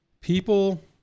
people